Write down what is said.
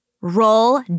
Roll